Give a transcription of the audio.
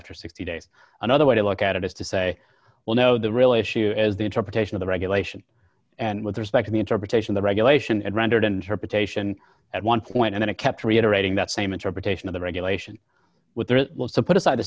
after sixty days another way to look at it is to say well no the real issue is the interpretation of the regulation and with respect to the interpretation the regulation and rendered interpretation at one point and i kept reiterating that same interpretation of the regulation with the laws to put aside the